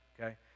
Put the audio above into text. okay